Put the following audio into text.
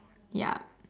ya